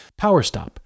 PowerStop